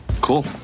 Cool